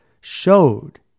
showed